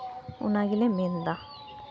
ᱚᱱᱟ ᱜᱮᱞᱮ ᱢᱮᱱᱫᱟ